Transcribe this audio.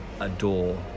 adore